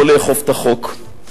לא לאכוף את החוק,